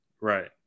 right